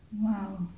Wow